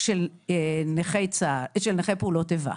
של נכי פעולות איבה.